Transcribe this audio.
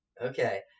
Okay